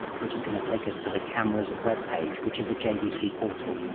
which is going to take us to the camera's webpage, which is a jvc portal.